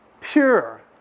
pure